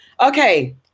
Okay